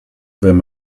wenn